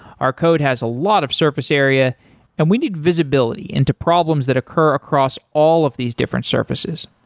our code has a lot of surface area and we need visibility into problems that occur across all of these different surfaces.